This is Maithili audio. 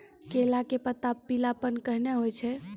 केला के पत्ता पीलापन कहना हो छै?